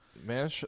Man